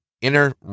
inner